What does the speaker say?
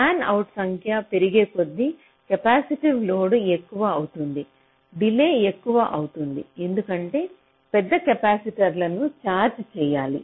ఫ్యాన్అవుట్ల సంఖ్య పెరిగేకొద్ది capacitive load ఎక్కువ అవుతుంది డిలే ఎక్కువ అవుతుంది ఎందుకంటే పెద్ద కెపాసిటర్లను ఛార్జ్ చేయాలి